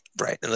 Right